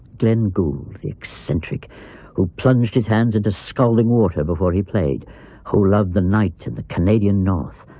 glenn gould the eccentric who plunged his hands into scalding water before he played who loved the night, and the canadian north.